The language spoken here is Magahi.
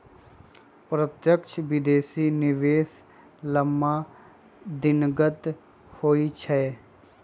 प्रत्यक्ष विदेशी निवेश लम्मा दिनगत होइ छइ